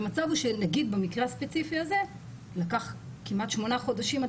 אז המצב הוא שנגיד במקרה הספציפי הזה לקח כמעט שמונה חודשים עד